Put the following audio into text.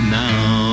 now